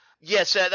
Yes